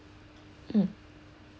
mm